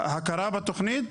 ההכרה בתוכנית,